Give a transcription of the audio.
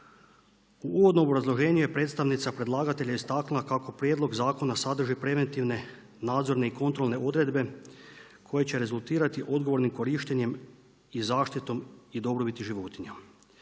U uvodnom obrazloženju je predstavnica predlagatelja istaknula kako prijedlog zakona sadrži preventivne nadzorne i kontrolne odredbe koje će rezultirati odgovornim korištenjem i zaštitom i dobrobiti životinja.